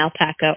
alpaca